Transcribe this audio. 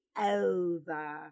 over